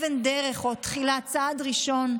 כאבן דרך או כתחילה וצעד ראשון,